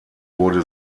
wurde